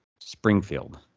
Springfield